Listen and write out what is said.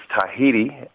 Tahiti